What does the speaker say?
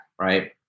right